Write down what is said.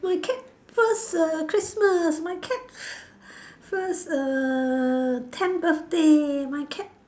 my cat first err Christmas my cat first err tenth birthday my cat